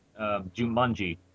Jumanji